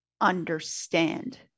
understand